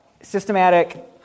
systematic